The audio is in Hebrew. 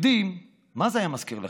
כיהודים, מה זה היה מזכיר לכם?